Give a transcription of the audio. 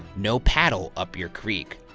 no paddle up your creek.